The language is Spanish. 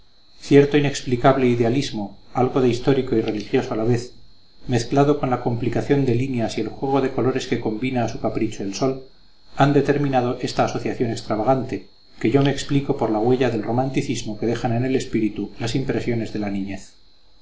cierto inexplicable idealismo algo de histórico y religioso a la vez mezclado con la complicación de líneas y el juego de colores que combina a su capricho el sol han determinado esta asociación extravagante que yo me explico por la huella de romanticismo que dejan en el espíritu las impresiones de la niñez